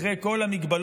אחרי כל המגבלות,